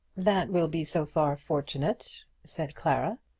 that will be so far fortunate, said clara.